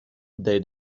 they